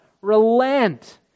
Relent